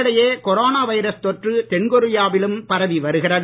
இதனிடையே corona virus தொற்று தென்கொரியாவிலும் வருகிறது